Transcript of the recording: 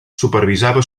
supervisava